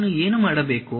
ನಾನು ಏನು ಮಾಡಬೇಕು